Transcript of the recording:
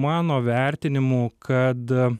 mano vertinimu kad